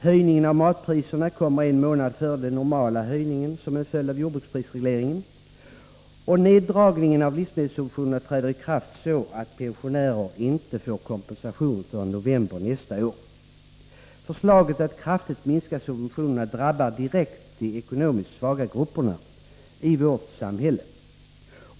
Höjningen av matpriserna kommer en månad före den normala höjningen som en följd av jordbruksprisregleringen, och neddragningen av livsmedelssubventionerna träder i kraft så att pensionärer inte får kompensation förrän i november nästa år. Förslaget att kraftigt minska subventionerna drabbar direkt de ekonomiskt svaga grupperna i vårt samhälle.